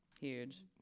Huge